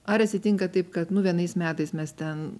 ar atsitinka taip kad nu vienais metais mes ten